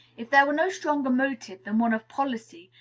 if there were no stronger motive than one of policy,